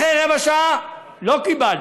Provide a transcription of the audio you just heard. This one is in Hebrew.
אחרי רבע שעה: לא קיבלנו,